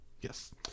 yes